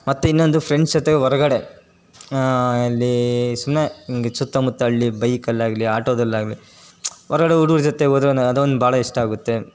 ಮತ್ತು ಇನ್ನೊಂದು ಫ್ರೆಂಡ್ಸ್ ಜೊತೆಗೆ ಹೊರ್ಗಡೆ ಎಲ್ಲಿ ಸುಮ್ಮನೆ ಹಿಂಗ್ ಸುತ್ತಮುತ್ತ ಹಳ್ಳಿ ಬೈಕಲ್ಲಾಗಲಿ ಆಟೋದಲ್ಲಾಗಲಿ ಹೊರ್ಗಡೆ ಹುಡುಗ್ರ ಜೊತೆಗೆ ಹೋದರೆ ನ ಅದೊಂದು ಭಾಳ ಇಷ್ಟ ಆಗುತ್ತೆ